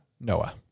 Noah